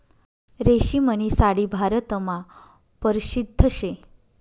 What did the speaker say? रेशीमनी साडी भारतमा परशिद्ध शे